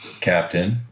Captain